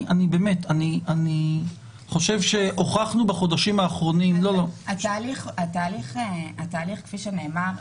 אני חושב שהוכחנו בחודשים האחרונים לא לא --- כפי שנאמר,